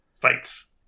Fights